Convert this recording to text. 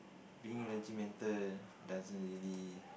being regimental doesn't really